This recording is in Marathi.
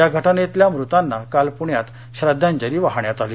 या घटनेतल्या मृतांना काल पूण्यात श्रद्वांजली वाहण्यात आली